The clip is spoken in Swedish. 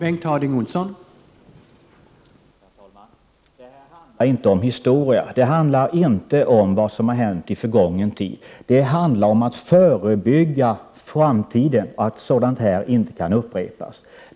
Herr talman! Det här handlar inte om historia. Det handlar inte om vad som har hänt i förgången tid. Det handlar i stället om att man skall förebygga att sådant här skulle kunna upprepas i framtiden.